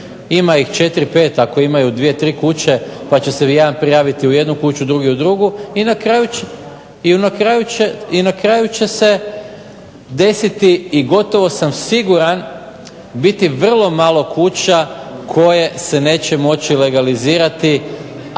ima ih 4, 5 ako imaju 2, 3 kuće pa će se jedan prijaviti u jednu kuću, drugi u drugu i na kraju će se desiti i gotovo sam siguran biti vrlo malo kuća koje se neće moći legalizirati,